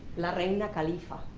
la reina califia.